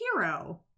hero